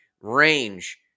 range